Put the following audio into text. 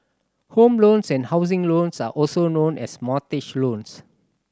home loans and housing loans are also known as mortgage loans